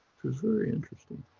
was very interesting.